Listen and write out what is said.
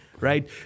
right